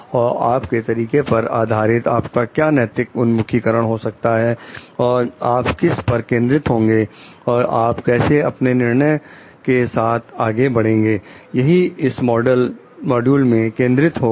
और आप के तरीके पर आधारित आपका क्या नैतिक उन्मुखीकरण हो सकता है और आप किस पर केंद्रित होंगे और आप कैसे अपने निर्णय के साथ आगे बढ़ेंगे यही इस मॉड्यूल में केंद्रित होगा